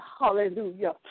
hallelujah